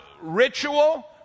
ritual